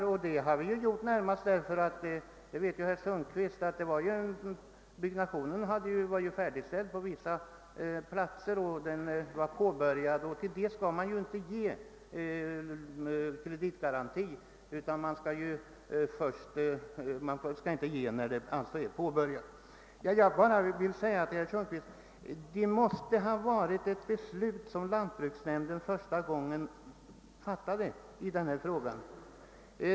Ja, dessa prutningar har ju gjorts närmast därför att byggnationen — det vet herr Sundkvist — var påbörjad och i vissa fall t.o.m. färdig, och då skall kreditgaranti inte lämnas. Jag vill bara säga till herr Sundkvist att det måste ha varit ett beslut som lantbruksnämnden första gången fattade i denna fråga.